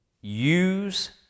use